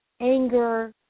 Anger